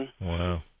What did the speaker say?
Wow